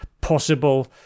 possible